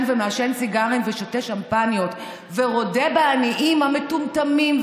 ומעשן סיגרים ושותה שמפניות ורודה והעניים המטומטמים,